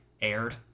aired